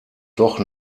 doch